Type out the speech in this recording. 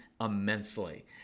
immensely